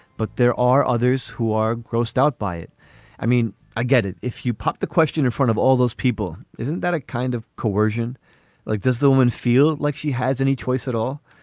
but there are others who are grossed out by it i mean i get it if you pop the question in front of all those people. isn't that a kind of coercion like does the woman feel like she has any choice at all.